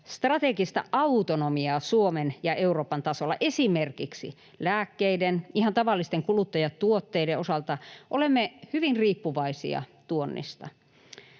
strategista autonomiaa Suomen ja Euroopan tasolla. Esimerkiksi lääkkeiden, ihan tavallisten kuluttajatuotteiden, osalta olemme hyvin riippuvaisia tuonnista.